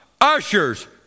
ushers